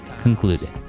concluded